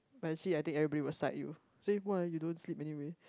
but actually I think everybody will side you say !wah! you don't sleep anyway